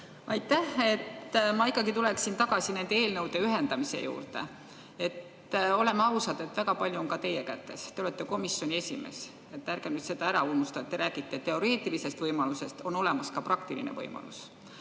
Aitäh! Ma ikkagi tuleksin tagasi nende eelnõude ühendamise juurde. Oleme ausad, väga palju on ka teie kätes. Te olete komisjoni esimees, ärge nüüd seda ära unustage. Te räägite teoreetilisest võimalusest, aga on olemas ka praktiline võimalus.